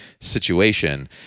situation